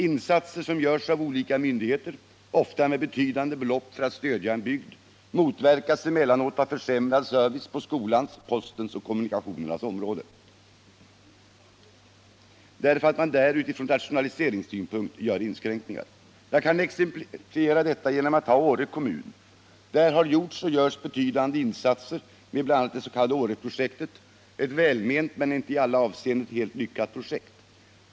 Insatser som görs av olika myndigheter — ofta med betydande belopp — för att stödja en bygd motverkas emellanåt av försämrad service på skolans, postens och övriga kommunikationers område, därför att man där utifrån rationaliseringssynpunkt gör inskränkningr. Jag kan exemplifiera detta genom att ta Åre kommun. Där har gjorts och görs betydande insatser med bl.a. det s.k. Åreprojektet — ett välment men inte i alla avseenden helt lyckat projekt.